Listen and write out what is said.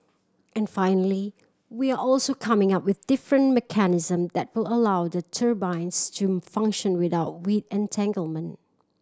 and finally we're also coming up with different mechanism that will allow the turbines to function without weed entanglement